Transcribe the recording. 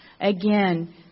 again